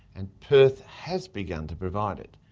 and perth has begun to provide it.